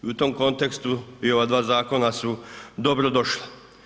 I u tom kontekstu i ova dva zakona su dobro došla.